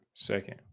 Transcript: second